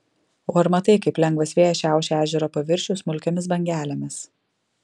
o ar matai kaip lengvas vėjas šiaušia ežero paviršių smulkiomis bangelėmis